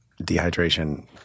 dehydration